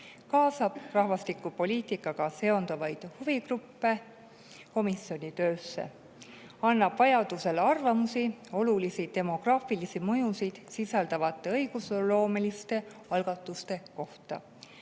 kaasata rahvastikupoliitikaga seonduvaid huvigruppe komisjoni töösse; anda vajaduse korral arvamusi olulisi demograafilisi mõjusid sisaldavate õigusloomeliste algatuste kohta.